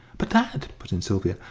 but, dad, put in sylvia,